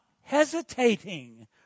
hesitating